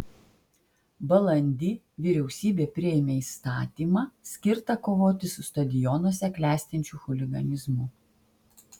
balandį vyriausybė priėmė įstatymą skirtą kovoti su stadionuose klestinčiu chuliganizmu